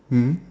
mm